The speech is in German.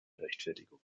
rechtfertigung